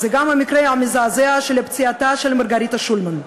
וזה גם המקרה המזעזע של פציעתה של מרגריטה שולמן.